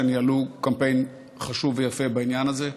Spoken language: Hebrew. שניהלו קמפיין חשוב ויפה בעניין הזה,